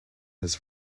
his